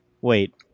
Wait